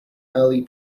early